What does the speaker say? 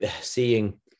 seeing